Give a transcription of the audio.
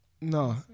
no